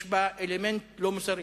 יש בה אלמנט לא מוסרי.